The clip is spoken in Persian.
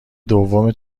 دوم